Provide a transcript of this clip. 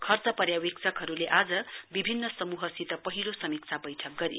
खर्च पर्यावेक्षकहरुले आज विभिन्न समूहसित पहिलो समीक्षा बैठक गरे